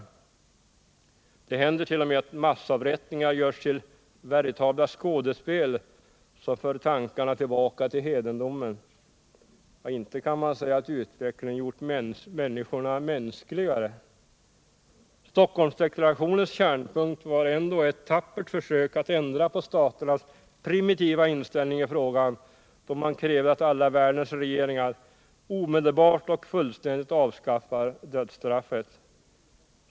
Det händer t.o.m. att massavrättningar görs till veritabla skådespel som för tankarna tillbaka till hedendomen. Inte kan man säga att utvecklingen gjort människorna mänskligare. Stockholmsdeklarationens kärnpunkt var ändå ett tappert försök att ändra på staternas primitiva inställning i frågan, då man krävde att alla världens regeringar omedelbart och fullständigt avskaffar dödsstraffet.